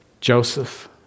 Joseph